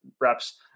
reps